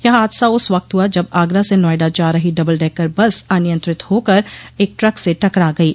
यह हादसा उस वक्त हुआ जब आगरा से नोएडा जा रही डबल डेकर बस अनियंत्रित होकर एक ट्रक से टकरा गयी